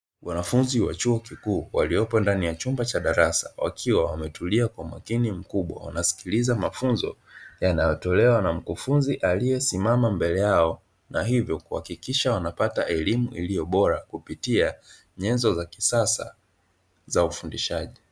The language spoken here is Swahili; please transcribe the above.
Wanafunzi wa chuo kikuu waliyopo ndani ya chumba cha darasa, wakiwa wametulia kwa umakini mkubwa wanasikiliza mafunzo yanayotolewa na mkufunzi aliyesimama mbele yao na hivyo kuhakikisha wanapata elimu iliyo bora kupitia nyenzo za kisasa za ufundishaji.